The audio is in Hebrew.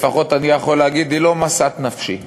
לפחות אני יכול להגיד, היא לא משאת נפשי.